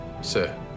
Sir